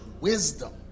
wisdom